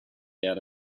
out